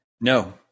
No